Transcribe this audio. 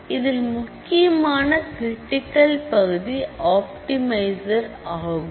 இதில் முக்கியமான கிரிட்டிக்கல் பகுதி ஆப்டிமைசர் ஆகும்